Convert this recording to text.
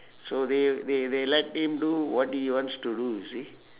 so they they they let him do what he wants to do you see